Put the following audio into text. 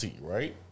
right